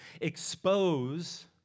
expose